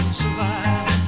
survive